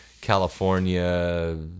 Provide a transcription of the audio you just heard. California